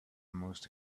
most